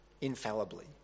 infallibly